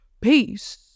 Peace